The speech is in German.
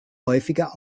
häufiger